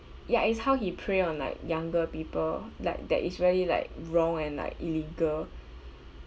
ya is how he prey on like younger people like that is very like wrong and like illegal